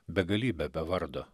begalybe be vardo